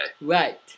Right